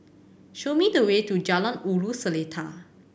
show me the way to Jalan Ulu Seletar